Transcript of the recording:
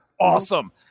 Awesome